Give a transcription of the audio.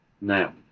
Now